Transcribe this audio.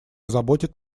заботит